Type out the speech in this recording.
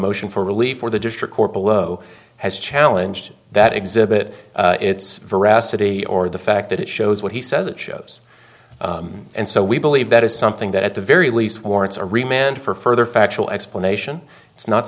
motion for relief or the district court below has challenged that exhibit its veracity or the fact that it shows what he says it shows and so we believe that is something that at the very least warrants a remained for further factual explanation it's not